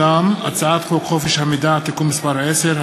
הצעת חוק חופש המידע (תיקון מס' 10),